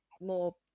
more